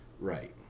right